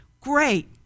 Great